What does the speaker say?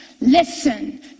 listen